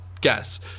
guess